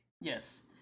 Yes